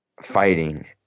fighting